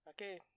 Okay